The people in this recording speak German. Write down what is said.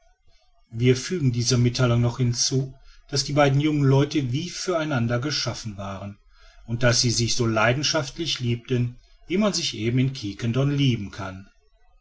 wir fügen dieser mittheilung noch hinzu daß die beiden jungen leute wie für einander geschaffen waren und daß sie sich so leidenschaftlich liebten wie man sich eben in quiquendone lieben kann